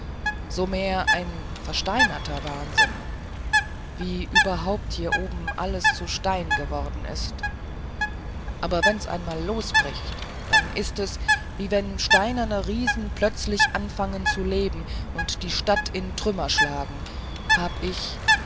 so mehr ein versteinerter wahnsinn wie überhaupt hier oben alles zu stein geworden ist aber wenn's einmal losbricht dann is es wie wenn steinerne riesen plötzlich anfangen zu leben und die stadt in trümmer schlagen hab ich